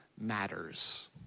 matters